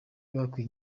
yabwiye